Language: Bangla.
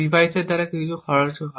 ডিভাইসের দ্বারা কিছু শক্তি খরচ হয়